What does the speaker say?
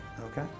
Okay